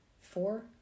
four